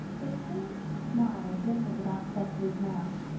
the tiniest smile dimpled about cicely's mouth.